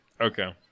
Okay